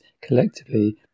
collectively